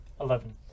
Eleven